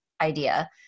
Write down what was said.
idea